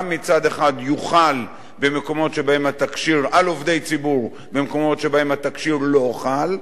גם מצד אחד יוחל על עובדי ציבור במקומות שבהם התקשי"ר לא חל,